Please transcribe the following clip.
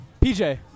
PJ